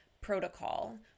protocol